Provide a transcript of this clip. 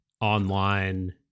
online